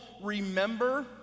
remember